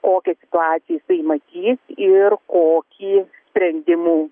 kokią situaciją jisai matys ir kokį sprendimų